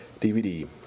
DVD